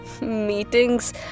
Meetings